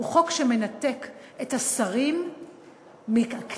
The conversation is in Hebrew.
הוא חוק שמנתק את השרים מהכנסת,